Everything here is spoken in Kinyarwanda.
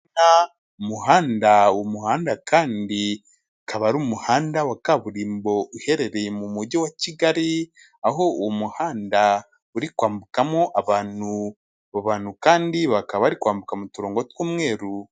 Umuhanda, umuhanda kandi ukaba ari umuhanda wa kaburimbo uherereye mu mujyi wa Kigali, aho uwo muhanda uri kwambukamo abantu, abo bantu kandi bakaba bari kwambuka mu turongo tw'umweru.